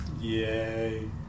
Yay